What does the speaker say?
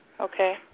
Okay